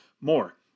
more